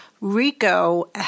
Rico